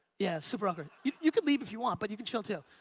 yeah, super awkward. you you could leave if you want but you could chill too.